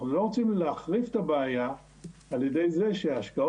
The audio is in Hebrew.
אנחנו לא רוצים להחריף את הבעיה על ידי זה שההשקעות